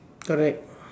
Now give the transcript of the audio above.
correct